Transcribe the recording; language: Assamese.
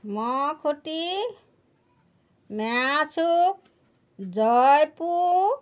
মখুটি মেৰাচুক জয়পুৰ